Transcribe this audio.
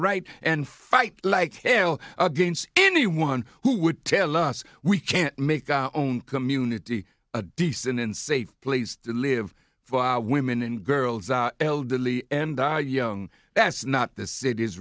right and fight like hell against anyone who would tell us we can't make our own community a decent and safe place to live for women and girls elderly and die young that's not the city's